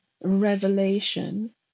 revelation